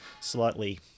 slightly